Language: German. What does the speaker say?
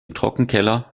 trockenkeller